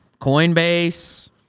Coinbase